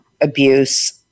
abuse